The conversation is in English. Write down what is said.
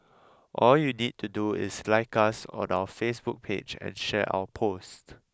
all you need to do is like us on our Facebook page and share our post